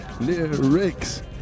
lyrics